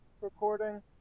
recording